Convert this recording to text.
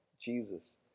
Jesus